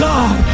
God